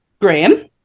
Graham